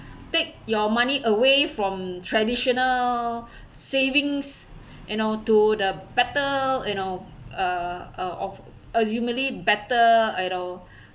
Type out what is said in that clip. take your money away from traditional savings you know to the better you know uh uh of better you know